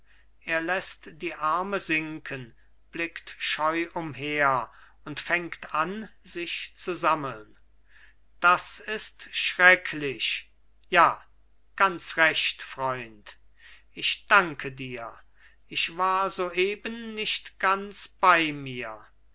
er läßt die arme sinken blickt scheu umher und fängt an sich zu sammeln das ist schrecklich ja ganz recht freund ich danke dir ich war soeben nicht ganz bei mir